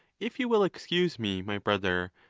if you will excuse me, my brother,